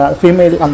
female